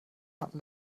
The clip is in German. hatten